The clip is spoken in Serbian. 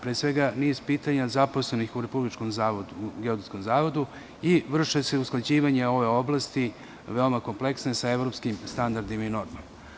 Pre svega, niz pitanja zaposlenih u Republičkom zavodu i vrše se usklađivanja ove oblasti, veoma kompleksne, sa evropskim standardima i normama.